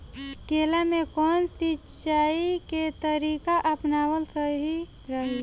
केला में कवन सिचीया के तरिका अपनावल सही रही?